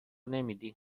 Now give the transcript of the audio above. نمیدی